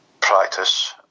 practice